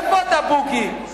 איפה אתה, בוגי?